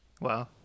wow